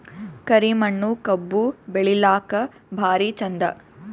ಕರಿ ಮಣ್ಣು ಕಬ್ಬು ಬೆಳಿಲ್ಲಾಕ ಭಾರಿ ಚಂದ?